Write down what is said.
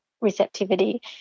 receptivity